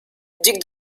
duc